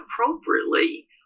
appropriately